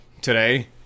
today